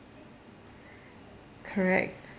correct